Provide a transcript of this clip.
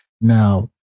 Now